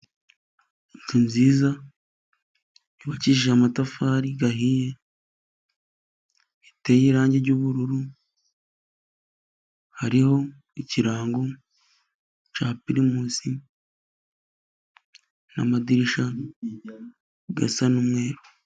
Inzu nziza yubukishije amatafari ahiye, iteye irangi ry'ubururu, hariho ikirango cya pirimusi, n'amadirishya asa n'umweru.